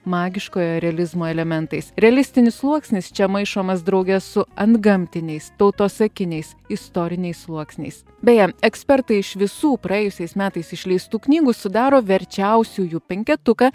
magiškojo realizmo elementais realistinis sluoksnis čia maišomas drauge su antgamtiniais tautosakiniais istoriniais sluoksniais beje ekspertai iš visų praėjusiais metais išleistų knygų sudaro verčiausiųjų penketuką